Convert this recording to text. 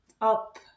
up